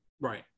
Right